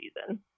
season